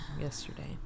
yesterday